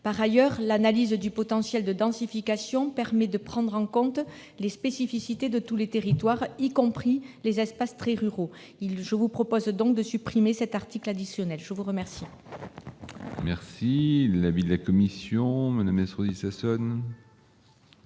Par ailleurs, l'analyse du potentiel de densification permet de prendre en compte les spécificités de tous les territoires, y compris les espaces très ruraux. Je vous propose donc de supprimer cet article, mes chers collègues. Quel est l'avis de la commission ? Il sera